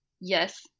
Yes